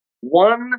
One